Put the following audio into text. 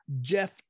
Jeff